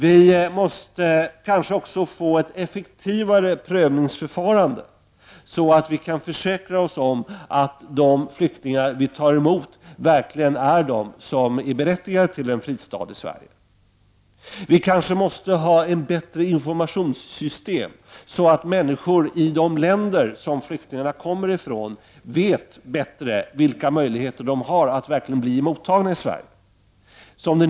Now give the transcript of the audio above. Vi måste kanske också införa ett effektivare prövningsförfarande, så att vi kan försäkra oss om att de flyktingar som vi tar emot verkligen är berättigade till en fristad i Sverige. Vi kanske måste ha ett bättre informationssystem, så att människor i de länder som flyktingarna kommer från vet bättre vilka möjligheter de har att verkligen bli mottagna i Sverige.